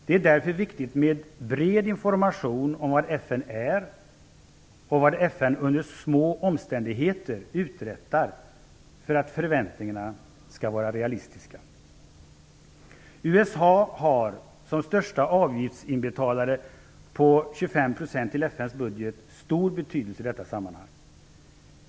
Det är därför viktigt med bred information om vad FN är och vad FN under små omständigheter uträttar för att förväntningarna skall vara realistiska. FN:s budget har stor betydelse i detta sammanhang.